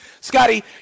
Scotty